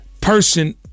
person